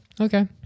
okay